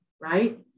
right